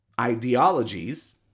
ideologies